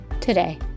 today